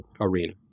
arena